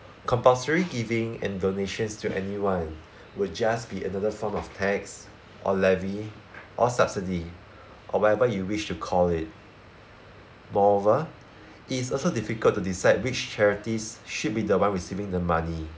compulsory giving and donations to anyone will just be another form of tax or levy or subsidy or whatever you wish to call it moreover it's also difficult to decide which charities should be the one receiving the money